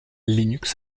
linux